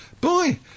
Boy